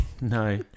No